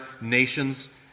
nations